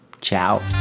Ciao